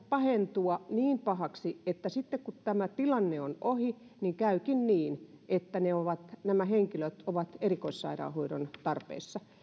pahentua niin pahaksi että sitten kun tämä tilanne on ohi niin käykin niin että nämä henkilöt ovat erikoissairaanhoidon tarpeessa